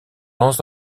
lance